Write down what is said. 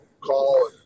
call